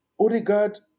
Odegaard